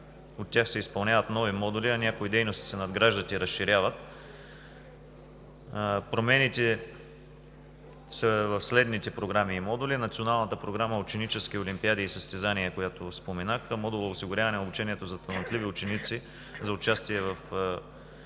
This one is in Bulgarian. от тях се изпълняват нови модули, а някои дейности се надграждат и разширяват. Промените са в следните програми и модули. Националната програма „Ученически олимпиади и състезания“, която споменах, в модула „Осигуряване обучението за талантливи ученици за участие в